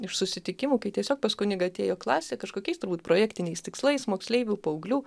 iš susitikimų kai tiesiog pas kunigą atėjo klasė kažkokiais turbūt projektiniais tikslais moksleivių paauglių